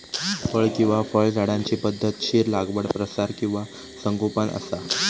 फळ किंवा फळझाडांची पध्दतशीर लागवड प्रसार किंवा संगोपन असा